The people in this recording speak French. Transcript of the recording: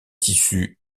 tissus